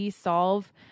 solve